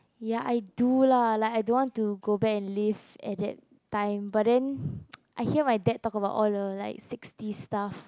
ya I do lah like I don't want to go back and live at that time but then I hear my dad talk about all the like sixty stuff